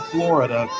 Florida